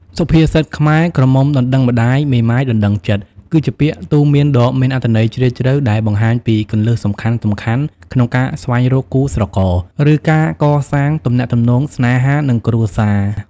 សុភាសិតខ្មែរ "ក្រមុំដណ្ដឹងម្ដាយ មេម៉ាយដណ្ដឹងចិត្ត" គឺជាពាក្យទូន្មានដ៏មានអត្ថន័យជ្រាលជ្រៅ ដែលបង្ហាញពីគន្លឹះសំខាន់ៗក្នុងការស្វែងរកគូស្រករ ឬការកសាងទំនាក់ទំនងស្នេហា និងគ្រួសារ។